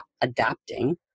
adapting